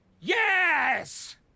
yes